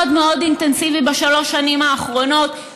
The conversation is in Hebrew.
מאוד אינטנסיבי בשלוש השנים האחרונות,